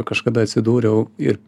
kažkada atsidūriau ir